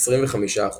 25%